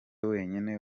wenyine